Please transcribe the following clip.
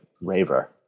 raver